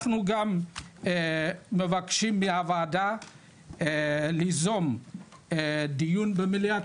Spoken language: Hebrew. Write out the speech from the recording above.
אנחנו גם מבקשים מהוועדה ליזום דיון במליאת